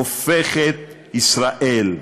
הופכת ישראל,